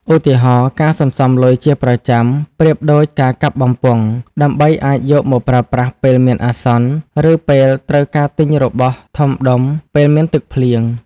ឧទាហរណ៍ ការសន្សំលុយជាប្រចាំ (ប្រៀបដូចការកាប់បំពង់) ដើម្បីអាចយកមកប្រើប្រាស់ពេលមានអាសន្ន ឬពេលត្រូវការទិញរបស់ធំដុំ (ពេលមានទឹកភ្លៀង)។